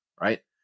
right